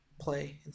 Play